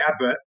advert